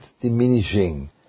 diminishing